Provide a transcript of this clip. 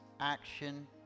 Action